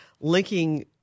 linking